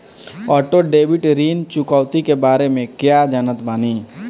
Auto debit ऋण चुकौती के बारे में कया जानत बानी?